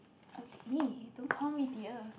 okay (!ee!) don't call me dear